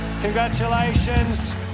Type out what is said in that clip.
Congratulations